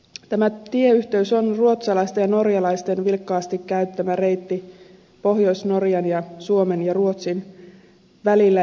tämä tieyhteys on ruotsalaisten ja norjalaisten vilkkaasti käyttämä reitti pohjois norjan ja suomen ja ruotsin välillä